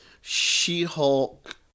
She-Hulk